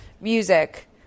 Music